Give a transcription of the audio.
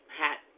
hat